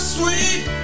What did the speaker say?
sweet